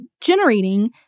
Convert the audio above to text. generating